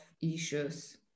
issues